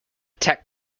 tech